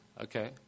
okay